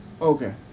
Okay